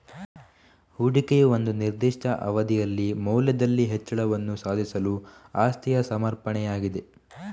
ಹೂಡಿಕೆಯು ಒಂದು ನಿರ್ದಿಷ್ಟ ಅವಧಿಯಲ್ಲಿ ಮೌಲ್ಯದಲ್ಲಿ ಹೆಚ್ಚಳವನ್ನು ಸಾಧಿಸಲು ಆಸ್ತಿಯ ಸಮರ್ಪಣೆಯಾಗಿದೆ